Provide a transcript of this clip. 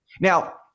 Now